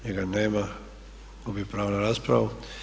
Njega nema, gubi pravo na raspravu.